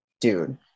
dude